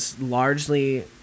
largely